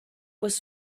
was